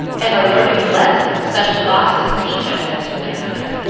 and are learning the lesson such losses teach us, answered their mother,